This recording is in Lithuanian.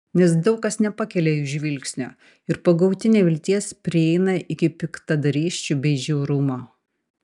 nes daug kas nepakelia jų žvilgsnio ir pagauti nevilties prieina iki piktadarysčių bei žiaurumo